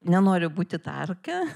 nenoriu būti tarka